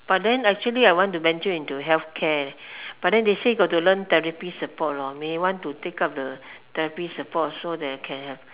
but then actually I want to venture into healthcare but then they say got to learn therapy support lor may want to take up the therapy support so that I can have